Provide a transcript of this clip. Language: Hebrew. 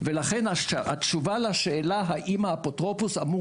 לכן התשובה לשאלה האם האפוטרופוס אמור